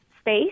space